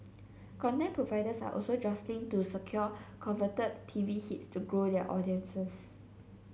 content providers are also jostling to secure coveted T V hits to grow their audiences